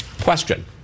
Question